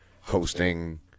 hosting